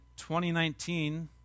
2019